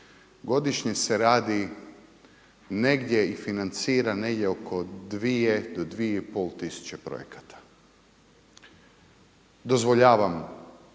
Godišnje se radi negdje i financira negdje oko 2 do 2,5 tisuće projekata. Dozvoljavam